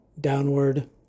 downward